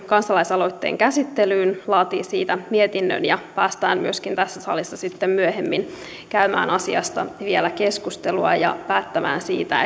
kansalaisaloitteen käsittelyyn laatii siitä mietinnön ja päästään myöskin tässä salissa sitten myöhemmin käymään asiasta vielä keskustelua ja päättämään siitä